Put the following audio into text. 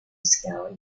scale